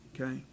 okay